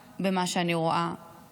יש גם המון תקווה במה שאני רואה ברחובות,